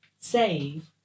save